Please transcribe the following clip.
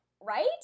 right